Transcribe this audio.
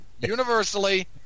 Universally